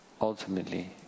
ultimately